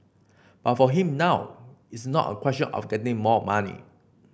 but for him now it's not a question of getting more money